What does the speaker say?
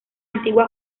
antigua